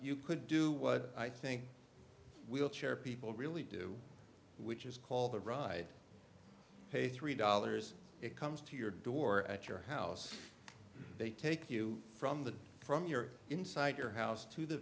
you could do what i think wheelchair people really do which is call the ride pay three dollars it comes to your door at your house they take you from the from your inside your house to the